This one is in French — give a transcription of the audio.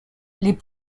les